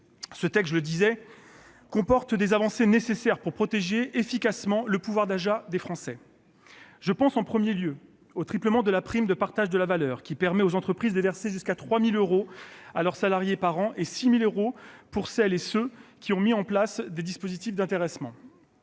Ce texte comporte des avancées nécessaires pour protéger efficacement le pouvoir d'achat des Français. Je pense en premier lieu au triplement de la prime de partage de la valeur, qui permet aux entreprises de verser jusqu'à 3 000 euros par an à leurs salariés et jusqu'à 6 000 euros pour celles qui ont créé des dispositifs d'intéressement.